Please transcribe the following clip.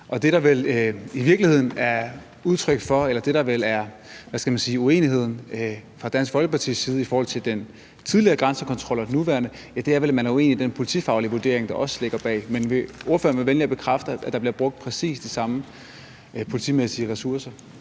Og det, der vel er, hvad skal man sige, uenigheden fra Dansk Folkepartis side i forhold til den tidligere grænsekontrol og den nuværende grænsekontrol, er, at man er uenig i den politifaglige vurdering, der også ligger bag. Men vil ordføreren være venlig at bekræfte, at der bliver brugt præcis de samme politimæssige ressourcer?